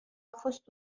fost